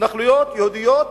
התנחלויות יהודיות,